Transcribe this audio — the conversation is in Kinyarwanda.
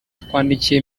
twandikiye